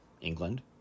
England